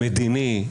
מדיני,